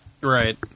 right